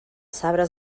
sabres